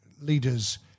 leaders